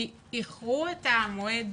איחרו את המועד